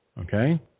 Okay